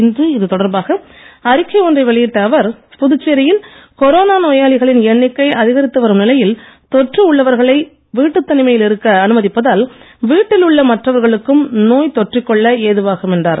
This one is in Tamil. இன்று இதுதொடர்பாக அறிக்கை ஒன்றை வெளியிட்ட அவர் புதுச்சேரியில் கொரோனா நோயாளிகளின் எண்ணிக்கை அதிகரித்து வரும் நிலையில் தொற்று உள்ளவர்களை வீட்டு தனிமையில் இருக்க அனுமதிப்பதால் வீட்டில் உள்ள மற்றவர்களுக்கும் நோய் தொற்றிக் கொள்ள ஏதுவாகும் என்றார்